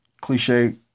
cliche